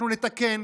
אנחנו נתקן.